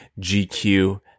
GQ